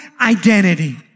identity